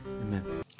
Amen